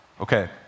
Okay